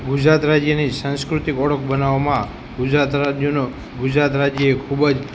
ગુજરાત રાજ્યની સાંસ્કૃતિક ઓળખ બનાવવામાં ગુજરાત રાજ્યનો ગુજરાત રાજ્યએ ખૂબ જ